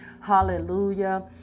hallelujah